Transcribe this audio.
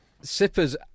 Sippers